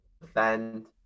defend